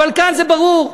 אבל כאן זה ברור.